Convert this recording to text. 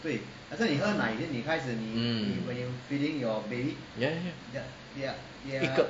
mm ya ya ya 一个